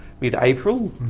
mid-April